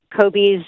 Kobe's